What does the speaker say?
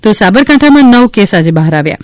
તો સાબરકાંઠામાં નવ કેસ આજે બહાર આવ્યા છે